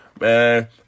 Man